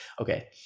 okay